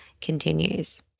continues